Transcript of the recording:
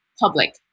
public